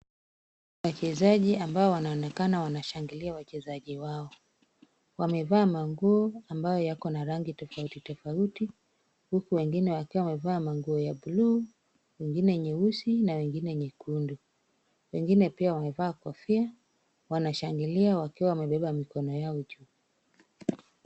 Wachezaji ambao wanaonekana wanashangilia wachezaji wao, wamevaa manguo ambayo yakona rangi tofauti tofauti, huku wengine wakiwa wamevaa manguo ya buluu, wengine nyeusi na wengine nyekundu, wengine pia wamevaa kofia, wanashangilia wakiwa wamebeba mikono yao juu.